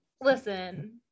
listen